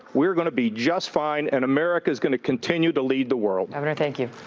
we're going to be just fine and america is going to continue to lead the world. governor, thank you.